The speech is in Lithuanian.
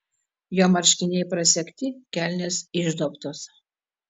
jo marškiniai prasegti kelnės išduobtos